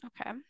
okay